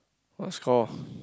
what score